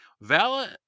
Vala